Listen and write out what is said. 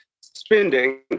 spending